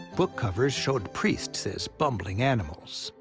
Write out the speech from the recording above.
book covers showed priests as bumbling animals,